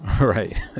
Right